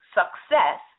success